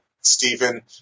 Stephen